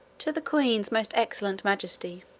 to the queen's most excellent majesty